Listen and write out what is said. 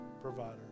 provider